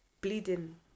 bleeding